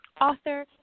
author